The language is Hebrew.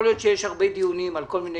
יכול להיות שיש הרבה דיונים על כל מיני